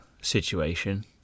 situation